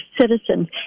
citizens